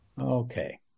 Okay